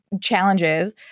challenges